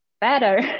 better